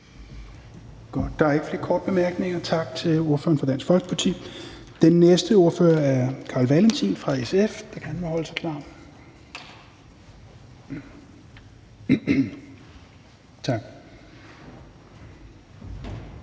Der er ikke flere korte bemærkninger, så tak til ordføreren for Dansk Folkeparti. Den næste ordfører er Carl Valentin fra SF,